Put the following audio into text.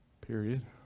Period